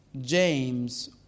James